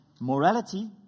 morality